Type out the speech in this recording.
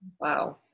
Wow